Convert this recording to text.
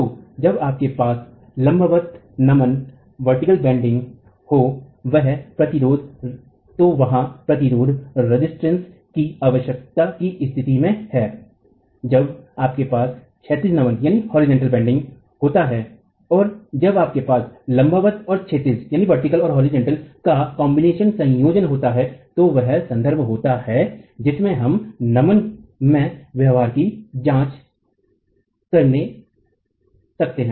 तो जब आपके पास लंबवत नमन हो वह प्रतिरोध की आवश्यकता की स्तिथि में है जब आपके पास क्षैतिज नमन होता है और जब आपके पास लंबवत और क्षैतिज नमन का संयोजन होता है तो वह संदर्भ होता है जिसमें हम नमन में व्यवहार की जांच कर सकते है